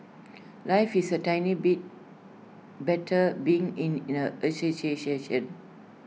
life is A tiny bit better being in in A